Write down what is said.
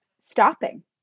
stopping